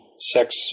sex